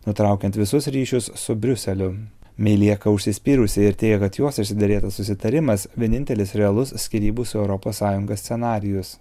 nutraukiant visus ryšius su briuseliu mei lieka užsispyrusiai ir teigia kad jos išsiderėtas susitarimas vienintelis realus skyrybų su europos sąjunga scenarijus